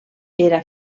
era